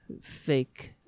fake